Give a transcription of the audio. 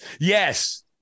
Yes